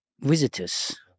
visitors